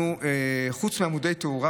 חוץ מעמודי תאורה,